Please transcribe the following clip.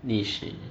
历史